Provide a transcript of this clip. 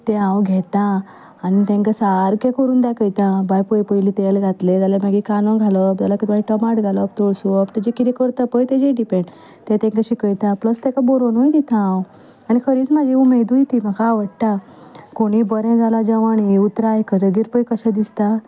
तें हांव घेता आनी तेंकां सारकें करून दाकयता बाय पळय पयलीं तेल घातलें जाल्यार मागीर कांदो घालप मागीर टमाट घालप तोळसुवप तेजें कितें करता पळय तेजें डिपेंड ते तेंकां शिकयता प्लस तेंकां बरोवनूय दिता हांव आनी खरेंच म्हजी उमेदूय ती म्हाका आवडटा कोणी बरें जालां जेवण हीं उतरां आयकतगीर पळय कशें दिसता